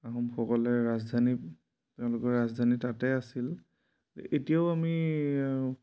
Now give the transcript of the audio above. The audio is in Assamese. আহোমসকলে ৰাজধানী তেওঁলোকৰ ৰাজধানী তাতে আছিল এতিয়াও আমি